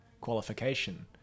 qualification